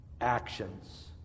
actions